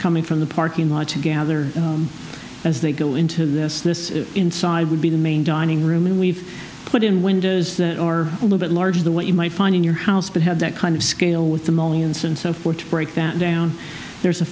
coming from the parking lot to gather as they go into this this is inside would be the main dining room and we've put in windows that are a little bit large the what you might find in your house but had that kind of scale with the moments and so forth to break that down there's a